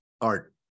Art